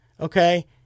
Okay